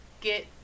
get-